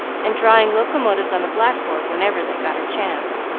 and drawing locomotives on the blackboard whenever they got a chance.